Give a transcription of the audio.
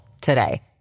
today